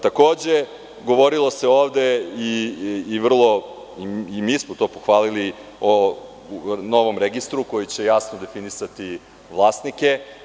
Takođe, govorilo se ovde, i mi smo to pohvalili, o novom registru koji će jasno definisati vlasnike.